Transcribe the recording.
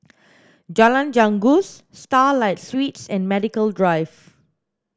Jalan Janggus Starlight Suites and Medical Drive